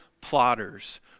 plotters